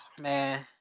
man